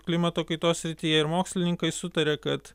klimato kaitos srityje ir mokslininkai sutaria kad